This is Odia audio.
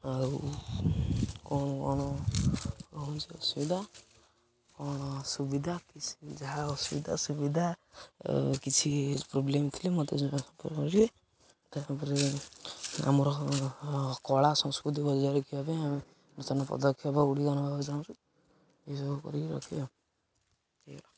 ଆଉ କ'ଣ କ'ଣ ରହୁଛି ଅସୁବିଧା କ'ଣ ସୁୁବିଧା କି ଯାହା ଅସୁବିଧା ସୁବିଧା କିଛି ପ୍ରୋବ୍ଲେମ୍ ଥିଲେ ମୋତେ ଜଣେଇବେ ତାପରେ ଆମର କଳା ସଂସ୍କୃତି ବଜାୟ ରେଖିବା ପାଇଁ ଆମେ ନୂତନ ପଦକ୍ଷେପ ଗୁଡ଼ିକ ନେବାକୁ ଚାହୁଁଛୁ ଏସବୁ କରିକି ରଖିବା ଆଉ ହେଇଗଲା